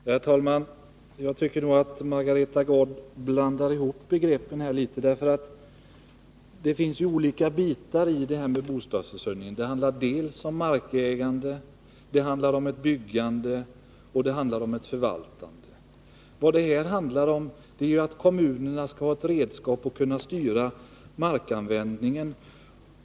Herr talman! Jag tycker att Margareta Gard blandar ihop begreppen litet. Det finns ju olika bitar i bostadsförsörjningen. Det handlar dels om markägande, dels om byggande och dels om förvaltande. Vad det handlar om i det här ärendet är att kommunerna skall ha ett redskap för att kunna styra markanvändningen.